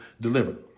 delivered